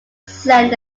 send